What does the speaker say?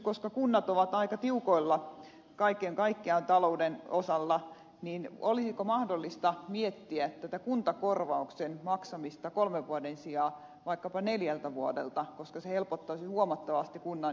koska kunnat ovat aika tiukoilla kaiken kaikkiaan talouden osalta niin olisiko mahdollista miettiä tätä kuntakorvauksen maksamista kolmen vuoden sijaan vaikkapa neljältä vuodelta koska se helpottaisi huomattavasti kunnan palveluiden järjestämistä